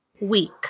week